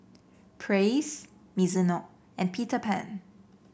Praise Mizuno and Peter Pan